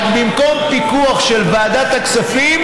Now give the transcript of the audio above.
רק במקום פיקוח של ועדת הכספים,